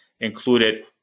included